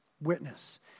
Witness